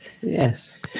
Yes